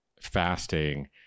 fasting